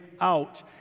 out